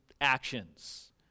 actions